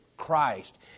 christ